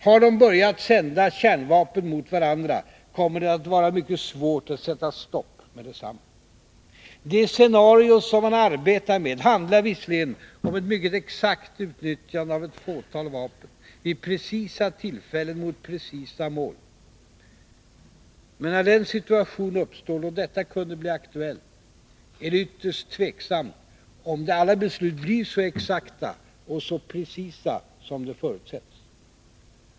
Har de börjat sända kärnvapen mot varandra, kommer det att vara mycket svårt att sätta stopp med detsamma. De scenarion som man arbetar med handlar visserligen om ett mycket exakt utnyttjande av ett fåtal vapen, vid precisa tillfällen mot precisa mål. Men när den situation uppstår då detta kunde bli aktuellt, är det ytterst tvivelaktigt om alla beslut blir så exakta och så precisa som det förutsätts.